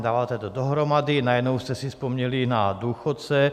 Dáváte to dohromady, najednou jste si vzpomněli na důchodce.